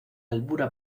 albura